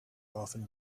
often